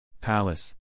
Palace